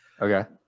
Okay